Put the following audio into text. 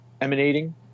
emanating